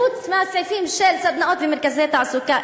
חוץ מהסעיפים של סדנאות ומרכזי תעסוקה,